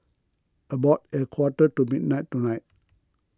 about a quarter to midnight tonight